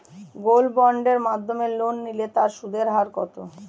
Gold বন্ডের মাধ্যমে loan নিলে তার সুদের হার কত?